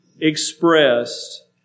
expressed